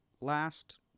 last